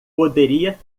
poderia